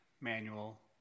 manual